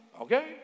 Okay